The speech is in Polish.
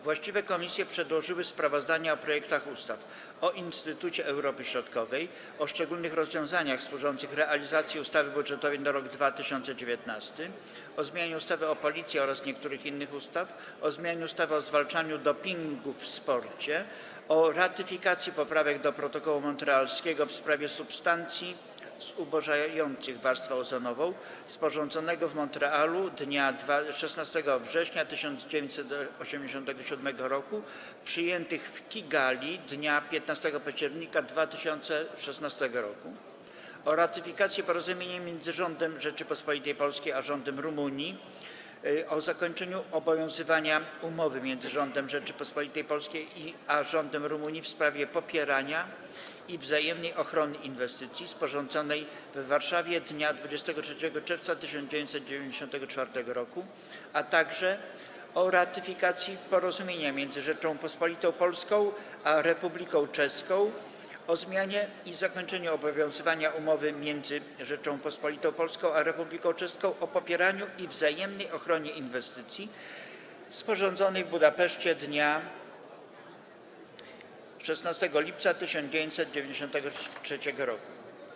Właściwe komisje przedłożyły sprawozdania o projektach ustaw: - o Instytucie Europy Środkowej, - o szczególnych rozwiązaniach służących realizacji ustawy budżetowej na rok 2019, - o zmianie ustawy o Policji oraz niektórych innych ustaw, - o zmianie ustawy o zwalczaniu dopingu w sporcie, - o ratyfikacji Poprawek do Protokołu montrealskiego w sprawie substancji zubożających warstwę ozonową, sporządzonego w Montrealu dnia 16 września 1987 r., przyjętych w Kigali dnia 15 października 2016 r., - o ratyfikacji Porozumienia między Rządem Rzeczypospolitej Polskiej a Rządem Rumunii o zakończeniu obowiązywania Umowy między Rządem Rzeczypospolitej Polskiej a Rządem Rumunii w sprawie popierania i wzajemnej ochrony inwestycji, sporządzonej w Warszawie dnia 23 czerwca 1994 r., - o ratyfikacji Porozumienia między Rzecząpospolitą Polską a Republiką Czeską o zmianie i zakończeniu obowiązywania Umowy między Rzecząpospolitą Polską a Republiką Czeską o popieraniu i wzajemnej ochronie inwestycji, sporządzonej w Budapeszcie dnia 16 lipca 1993 r.